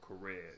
career